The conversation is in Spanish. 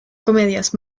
comedias